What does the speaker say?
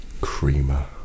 Creamer